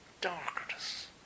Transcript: darkness